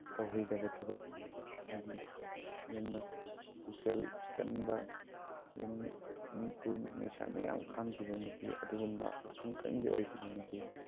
ꯇꯧꯍꯩꯗꯕ ꯊꯕꯛ ꯍꯥꯏꯗꯤ ꯌꯥꯝꯅ ꯄꯨꯛꯆꯦꯜ ꯀꯟꯕ ꯌꯥꯝꯅ ꯃꯤꯐꯨ ꯃꯩꯁꯥ ꯃꯌꯥꯝ ꯈꯥꯡꯈꯤꯕ ꯅꯨꯄꯤ ꯑꯗꯨꯒꯨꯝꯕ ꯑꯈꯥꯡ ꯀꯟꯕꯤ ꯑꯣꯏꯈꯤꯕ ꯅꯨꯄꯤ